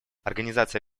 организация